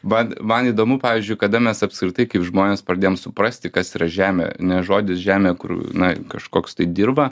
va man įdomu pavyzdžiui kada mes apskritai kaip žmonės pradėjom suprasti kas yra žemė ne žodis žemė kur na kažkoks tai dirba